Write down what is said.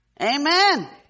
Amen